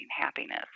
happiness